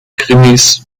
krimis